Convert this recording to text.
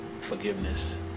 forgiveness